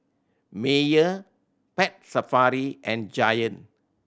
Mayer Pet Safari and Giant